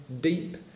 deep